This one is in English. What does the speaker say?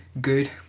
good